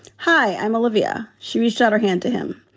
hi, i'm olivia. she was shatterhand to him.